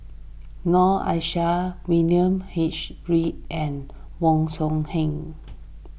Noor Aishah William H Read and Wong Song Huen